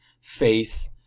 faith